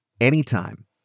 anytime